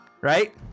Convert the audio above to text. right